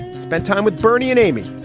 spent time with bernie and amy,